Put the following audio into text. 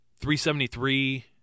373